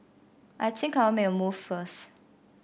I think I'll make a move first